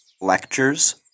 Lectures